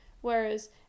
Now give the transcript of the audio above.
Whereas